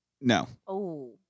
No